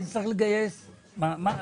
אני צריך לגייס אנשים?